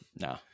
No